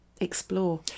explore